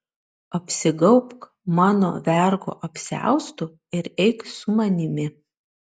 apsigaubk mano vergo apsiaustu ir eik su manimi